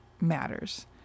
matters